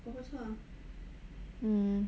mm